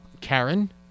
Karen